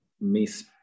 miss